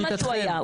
זה מה שהוא היה.